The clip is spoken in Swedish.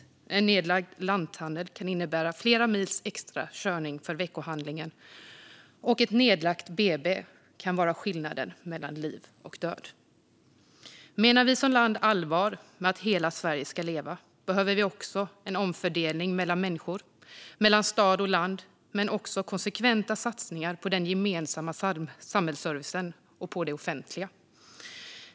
En nedlagd lanthandel kan innebära flera mils extra körning för veckohandlingen. Ett nedlagt BB kan vara skillnaden mellan liv och död. Menar vi som land allvar med att hela Sverige ska leva behöver vi också en omfördelning mellan människor, mellan stad och land, men också konsekventa satsningar på den gemensamma samhällsservicen och på det offentliga.